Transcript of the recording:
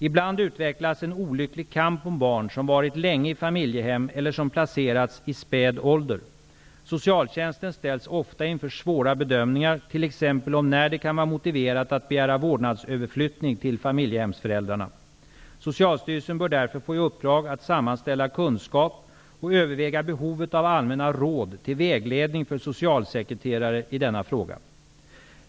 Ibland utvecklas en olycklig kamp om barn som varit länge i familjehem eller som placerats i späd ålder. Socialtjänsten ställs ofta inför svåra bedömningar, t.ex. om när det kan vara motiverat att begära vårdnadsöverflyttning till familjehemsföräldrarna. Socialstyrelsen bör därför få i uppdrag att sammanställa kunskap och överväga behovet av allmänna råd till vägledning för socialsekreterare i denna fråga.